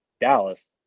Dallas